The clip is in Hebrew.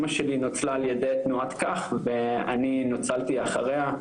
אמא שלי נוצלה על ידי תנועת כך ואני נוצלתי אחריה,